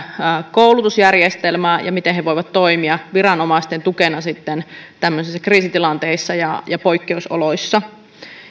koulutusjärjestelmää ja miten he voivat toimia viranomaisten tukena sitten tämmöisissä kriisitilanteissa ja ja poikkeusoloissa